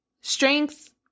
strength